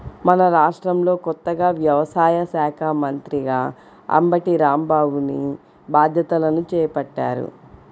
మన రాష్ట్రంలో కొత్తగా వ్యవసాయ శాఖా మంత్రిగా అంబటి రాంబాబుని బాధ్యతలను చేపట్టారు